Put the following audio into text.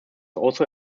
also